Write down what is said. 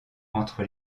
entre